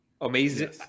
Amazing